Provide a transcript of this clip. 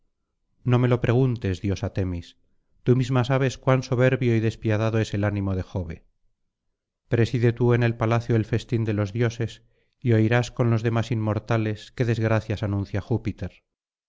no me lo preguntes diosa temis tú misma sabes cuan soberbio y despiadado es el ánimo de jove preside tú en el palacio el festín de los dioses y oirás con los demás inmortales qué desgracias anuncia júpiter